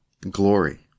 glory